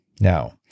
Now